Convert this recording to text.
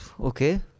Okay